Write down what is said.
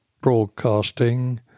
broadcasting